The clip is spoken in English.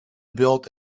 built